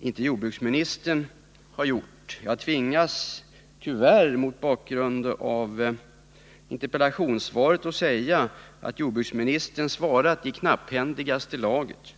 inte jordbruksministern har gjort. Jag tvingas tyvärr mot bakgrunden av interpellationssvaret säga att jordbruksministern svarat i knapphändigaste laget.